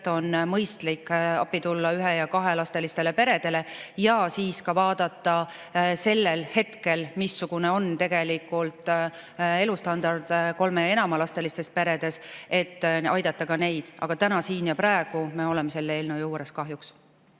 on mõistlik appi tulla ühe‑ ja kahelapselistele peredele ja siis ka vaadata sellel hetkel, missugune on elustandard kolme‑ ja enamalapselistes peredes, et aidata ka neid. Aga täna, siin ja praegu me oleme selle eelnõu juures kahjuks.